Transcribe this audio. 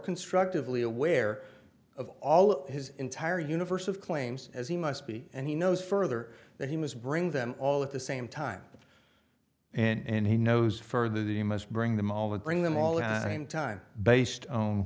constructively aware of all of his entire universe of claims as he must be and he knows further that he was bringing them all at the same time and he knows further that he must bring them all and bring them all the time time based o